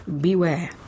Beware